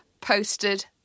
posted